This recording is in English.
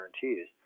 guarantees